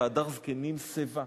"והדר זקנים שֵׂיבה".